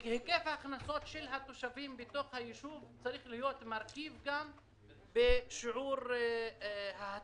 והיקף ההכנסות של התושבים ביישוב צריך גם להיות מרכיב בשיעור ההטבה.